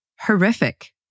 horrific